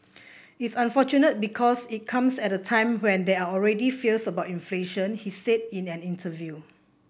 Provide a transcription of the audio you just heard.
it's unfortunate because it comes at a time when there are already fears about inflation he said in an interview